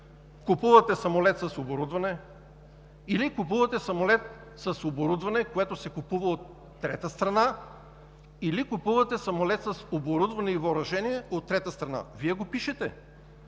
купувате самолет с оборудване или купувате самолет с оборудване, което се купува от трета страна; или купувате самолет с оборудване и въоръжение от трета страна. Вие го пишете!